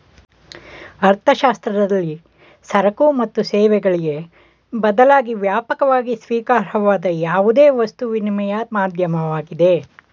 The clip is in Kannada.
ಅರ್ಥಶಾಸ್ತ್ರದಲ್ಲಿ ಸರಕು ಮತ್ತು ಸೇವೆಗಳಿಗೆ ಬದಲಾಗಿ ವ್ಯಾಪಕವಾಗಿ ಸ್ವೀಕಾರಾರ್ಹವಾದ ಯಾವುದೇ ವಸ್ತು ವಿನಿಮಯ ಮಾಧ್ಯಮವಾಗಿದೆ